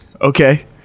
Okay